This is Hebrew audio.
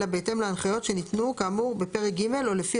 אלא בהתאם להנחיות שניתנו כאמור בפרק ג' או לפי